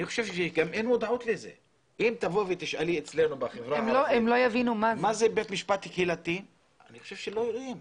אם תשאלי בחברה הערבית מה זה בית משפט קהילתי הם לא יידעו מה זה.